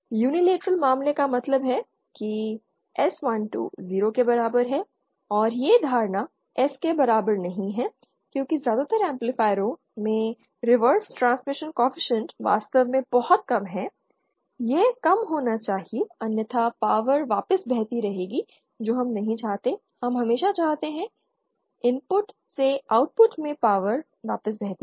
unilateral मामले का मतलब है कि S12 0 के बराबर है और यह धारणा S के बराबर नहीं है क्योंकि ज्यादातर एम्पलीफायरों में रिवर्स ट्रांसमिशन कोएफ़िशिएंट वास्तव में बहुत कम है यह कम होना चाहिए अन्यथा पावर वापस बहती रहेगी जो हम नहीं चाहते हम हमेशा चाहते हैं इनपुट से आउटपुट में पावर वापस बहती रहे